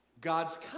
God's